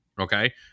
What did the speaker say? okay